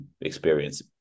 experience